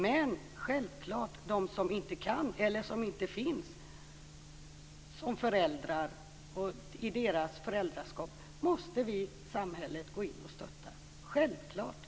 Men samhället måste självklart gå in och stötta de föräldrar som inte kan ta sitt föräldraskap.